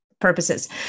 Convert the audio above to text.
purposes